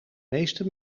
meeste